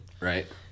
right